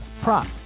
prop